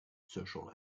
social